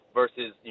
versus